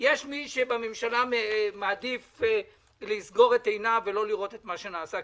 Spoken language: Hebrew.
יש מי שבממשלה מעדיף לסגור את עיניו ולא לראות את מה שנעשה,